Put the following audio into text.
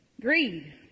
Greed